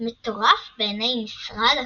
מטורף בעיני משרד הקסמים.